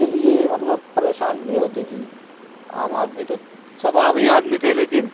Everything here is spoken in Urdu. کے لیے مطلب پریشانی نہیں ہوتی تھی عام آدمی تو سب عام ہی آدمی تھے لیکن